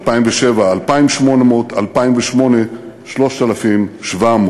2007, 2,800, 2008, 3,700,